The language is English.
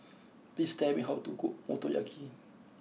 please tell me how to cook Motoyaki